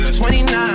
29